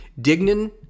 Dignan